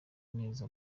neza